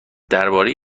درباره